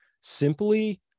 simply